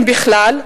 אם בכלל?